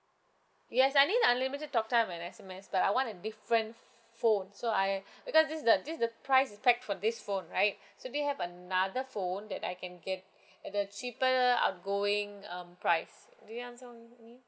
yes I need unlimited talk time and S_M_S but I want a different ph~ phone so I because this is the this is the price pack for this phone right so do you have another phone that I can get at the cheaper outgoing um price do you understand what I me~ mean